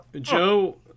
Joe